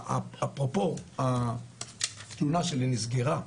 אפרופו, התלונה שלי נסגרה,